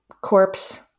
corpse